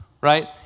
right